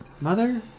Mother